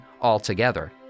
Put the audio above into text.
altogether